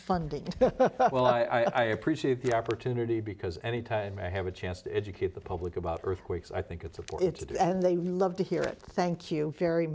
funding well i appreciate the opportunity because anytime i have a chance to educate the public about earthquakes i think it's a it's and they love to hear it thank you very